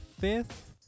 fifth